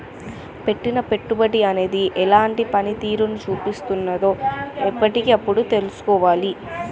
పెట్టిన పెట్టుబడి అనేది ఎలాంటి పనితీరును చూపిస్తున్నదో ఎప్పటికప్పుడు తెల్సుకోవాలి